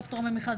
לא פטור ממכרז.